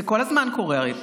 זה כל הזמן קורה, הרי.